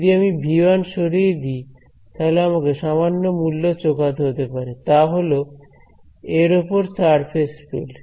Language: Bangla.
যদি আমি V 1 সরিয়ে দিই তাহলে আমাকে সামান্য মূল্য চোকাতে হতে পারে তা হল এর ওপর সারফেস ফিল্ড